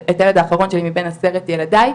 האחרון שלי מבין עשרת ילדיי,